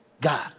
God